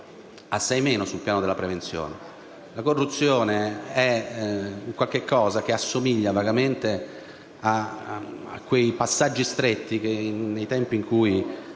assai meno sul piano della prevenzione. La corruzione è un qualcosa che assomiglia vagamente a quei passaggi stretti che, nell'Età di